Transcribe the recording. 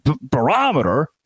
barometer